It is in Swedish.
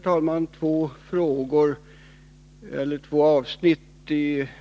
skall ta upp två avsnitt.